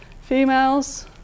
females